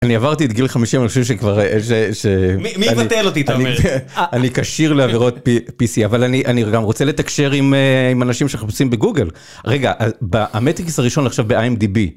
אני עברתי את גיל 50, אני חושב שכבר איזה אני כשיר לעבירות p..pc אבל אני אני גם רוצה לתקשר עם אנשים שמחפשים בגוגל רגע המטיקס הראשון עכשיו ב-IMDB.